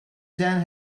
ten